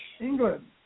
England